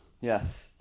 yes